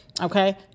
Okay